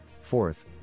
Fourth